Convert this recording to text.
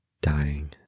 dying